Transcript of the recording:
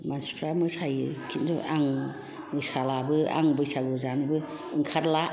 मानसिफ्रा मोसायो खिन्थु आं मोसालाबो आं बैसागु जानोबो ओंखारला